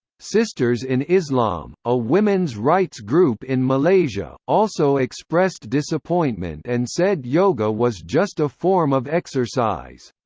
sisters in islam, a women's rights group in malaysia, also expressed disappointment and said yoga was just a form of exercise.